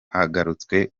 hagarutswe